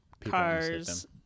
cars